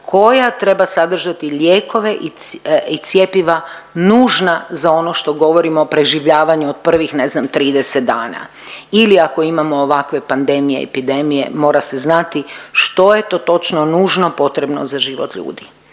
koja treba sadržati lijekove i cjepiva nužna za ono što govorimo o preživljavanju od prvih ne znam 30 dana. Ili ako imamo ovakve pandemije, epidemije mora se znati što je to točno nužno potrebno za život ljudi.